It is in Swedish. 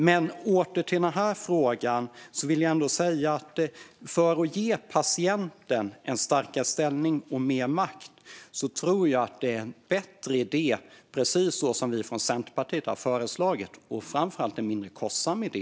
Jag återgår till frågan och vill då säga att för att ge patienten en starkare ställning och mer makt tror jag att det som vi från Centerpartiet har föreslagit är en bättre och framför allt en mindre kostsam idé.